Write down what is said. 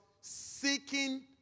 seeking